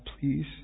please